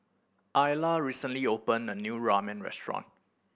Ayla recently opened a new Ramen Restaurant